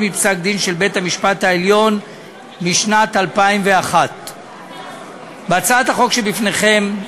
מפסק-דין של בית-המשפט העליון משנת 2001. בהצעת החוק שבפניכם,